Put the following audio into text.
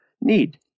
need